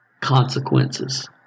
consequences